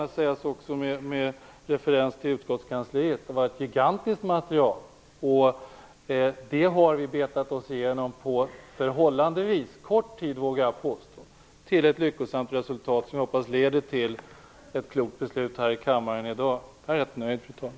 Med referens till utskottskansliet skall det gärna sägas att det var ett gigantiskt material. Jag vågar påstå att vi har betat oss igenom det på förhållandevis kort tid med ett lyckosamt resultat, som jag hoppas leder till ett klokt beslut här i kammaren i dag. Jag är rätt nöjd, fru talman.